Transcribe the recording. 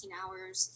hours